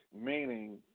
meaning